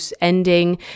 ending